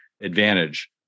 advantage